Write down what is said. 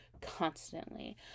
constantly